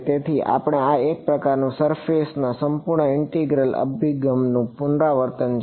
તેથી આ એક પ્રકારનું સરફેસ ના સંપૂર્ણ ઇન્ટિગ્રલ અભિગમનું પુનરાવર્તન છે